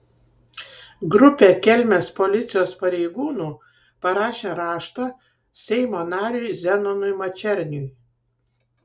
grupė kelmės policijos pareigūnų parašė raštą seimo nariui zenonui mačerniui